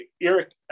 Eric